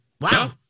Wow